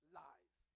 lies